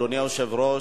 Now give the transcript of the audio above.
אדוני היושב-ראש,